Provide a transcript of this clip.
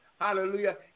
hallelujah